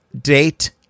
date